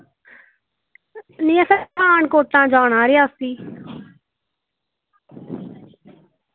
निं असें पठानकोट दा जाना रियासी